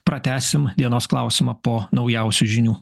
pratęsim dienos klausimą po naujausių žinių